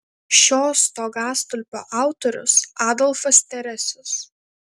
šio stogastulpio autorius adolfas teresius